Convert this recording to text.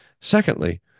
Secondly